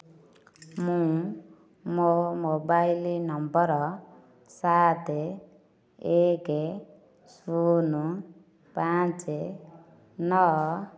ମୁଁ ମୋ mobile number ସାତ ଏକ ଶୁନ ପାଞ୍ଚ ନଅ